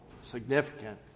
significant